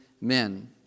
men